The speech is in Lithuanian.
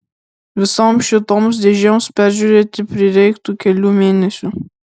visoms šitoms dėžėms peržiūrėti prireiktų kelių mėnesių